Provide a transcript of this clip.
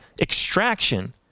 Extraction